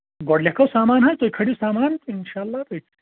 گۄڈٕ لٮ۪کھو سامان حظ تُہۍ کھٲلِو سامان انشاءاللہ